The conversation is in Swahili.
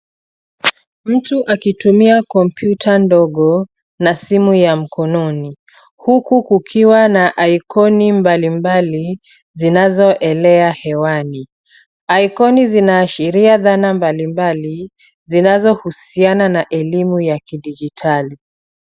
Mtu akitumia kompyuta ndogo na simu ya mkononi ,huku kukiwa na icon mbalimbali zinazoelea hewani. Icon zinaashiria dhana mbalimbali, zinazohusiana na elimu ya kidijitali.